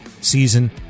season